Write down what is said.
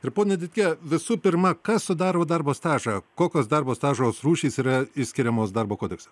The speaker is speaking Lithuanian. ir ponia didike visų pirma kas sudaro darbo stažą kokios darbo stažo rūšys yra išskiriamos darbo kodekse